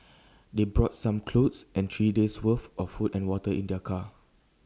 they brought some clothes and three days' worth of food and water in their car